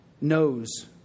knows